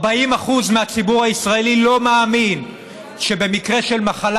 40% מהציבור הישראלי לא מאמינים שבמקרה של מחלה